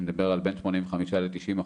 אני מדבר על בין 85% ל-90%,